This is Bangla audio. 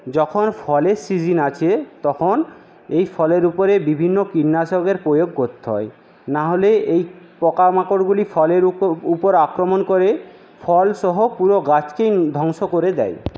যখন ফলের সিজিন আছে তখন এই ফলের উপরে বিভিন্ন কীটনাশকের প্রয়োগ করতে হয় নাহলে এই পোকামাকড়গুলি ফলের উপর উপর আক্রমণ করে ফলসহ পুরো গাছকেই ধ্বংস করে দেয়